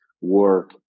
work